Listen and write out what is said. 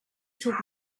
took